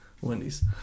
Wendy's